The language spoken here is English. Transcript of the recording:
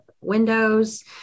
windows